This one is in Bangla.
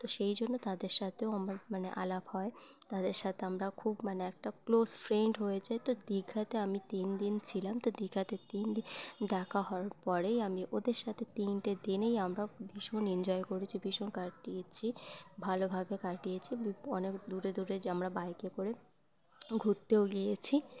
তো সেই জন্য তাদের সাথেও আমার মানে আলাপ হয় তাদের সাথে আমরা খুব মানে একটা ক্লোজ ফ্রেন্ড হয়ে যায় তো দীঘাতে আমি তিন দিন ছিলাম তো দীঘাতে তিন দিন দেখা হওয়ার পরেই আমি ওদের সাথে তিনটে দিনেই আমরা ভীষণ এনজয় করেছি ভীষণ কাটিয়েছি ভালোভাবে কাটিয়েছি অনেক দূরে দূরে আমরা বাইকে করে ঘুরতেও গিয়েছি